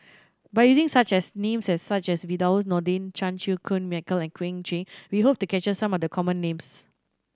by using such as names such as Firdaus Nordin Chan Chew Koon Michael and Owyang Chi we hope to capture some of the common names